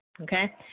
okay